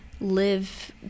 live